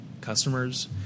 customers